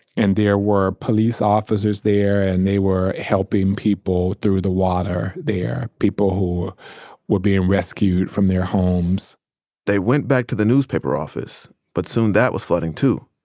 and there were police officers there, and they were helping people through the water there people who were being rescued from their homes they went back to the newspaper office, but soon that was flooding, too.